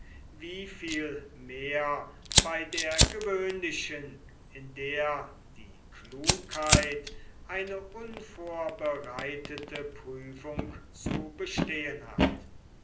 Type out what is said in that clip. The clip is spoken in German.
wie viel mehr bei der gewöhnlichen in der die klugheit eine unvorbereitete prüfung zu bestehen hat